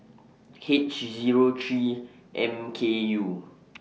H Zero three M K U